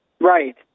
Right